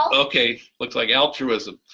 ah okay looks like altruism.